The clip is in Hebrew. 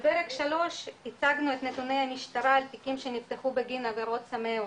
בפרק 3 הצגנו את נתוני המשטרה על תיקים שנפתחו בגין עבירות סמי אונס.